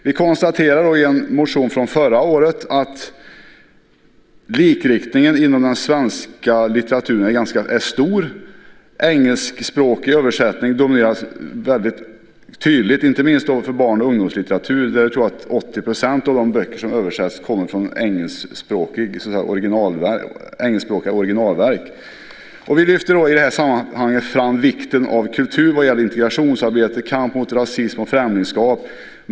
Vi konstaterar i en motion från förra året att likriktningen inom den svenska litteraturen är stor. Engelskspråkig översättning dominerar tydligt; det gäller inte minst barn och ungdomslitteraturen. Där tror jag att 80 % av de böcker som översätts är engelskspråkiga originalverk. I det sammanhanget lyfter vi fram vikten av kultur vad gäller integrationsarbete och kamp mot rasism och främlingskap.